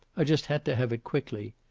i just had to have it quickly.